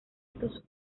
estos